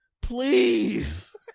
Please